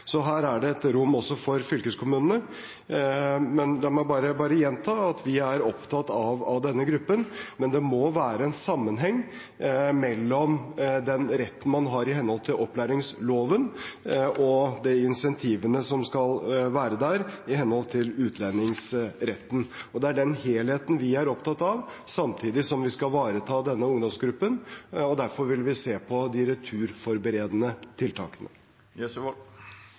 Her er det et rom også for fylkeskommunene. La meg gjenta at vi er opptatt av denne gruppen, men det må være en sammenheng mellom den retten man har i henhold til opplæringsloven, og de incentivene som skal være der i henhold til utlendingsretten. Det er den helheten vi er opptatt av, samtidig som vi skal ivareta denne ungdomsgruppen. Derfor vil vi se på de returforberedende tiltakene.